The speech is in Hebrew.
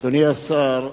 אדוני השר,